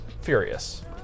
Furious